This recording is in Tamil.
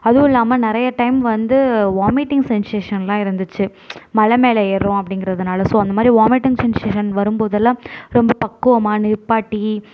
அதுவுமில்லாம நிறைய டைம் வந்து வாமிட்டிங் சென்சேஷன்யெலாம் இருந்துச்சு மலை மேலே ஏறுகிறோம் அப்படிங்குறதால ஸோ அந்த மாதிரி வாமிட்டிங் சென்சேஷன் வரும்போதெல்லாம் ரொம்ப பக்குவமாக நிற்பாட்டி